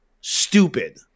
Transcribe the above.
stupid